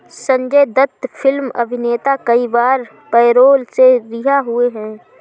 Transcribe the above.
Sanjay Dutt film अभिनेता कई बार पैरोल से रिहा हुए हैं